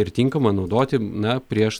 ir tinkama naudoti na prieš